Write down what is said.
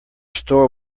store